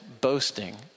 boasting